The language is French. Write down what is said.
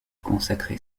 consacré